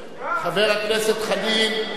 חבר הכנסת חנין,